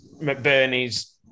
McBurney's